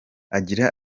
agira